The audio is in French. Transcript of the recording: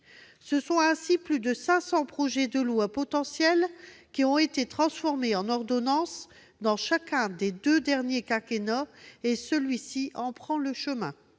Ce sont ainsi plus de 500 projets de loi potentiels qui ont été transformés en ordonnances au cours de chacun des deux derniers quinquennats. L'actuel prend le même chemin.